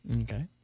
Okay